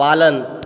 पालन